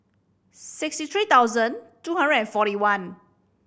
sixty three thousand two hundred and forty one